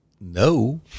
no